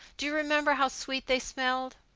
do you remember how sweet they smelled?